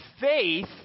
faith